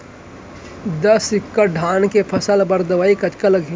दस एकड़ धान के फसल बर दवई कतका लागही?